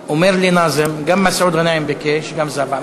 אומר לי נאזם: גם מסעוד גנאים ביקש, וגם זהבה.